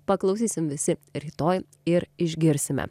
paklausysim visi rytoj ir išgirsime